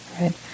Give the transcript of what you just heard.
right